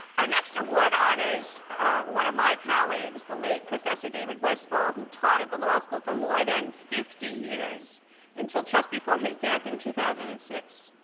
our next award honors one of my colleagues, the late professor david westfall, who taught at the law school for more than fifty years until just before his death in two thousand and six.